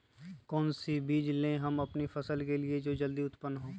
कौन सी बीज ले हम अपनी फसल के लिए जो जल्दी उत्पन हो?